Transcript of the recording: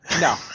No